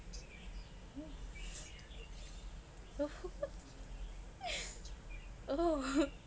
oh